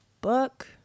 book